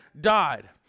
died